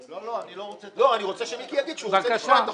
אני רוצה שמיקי יגיד שהוא רוצה לתקוע את החוק.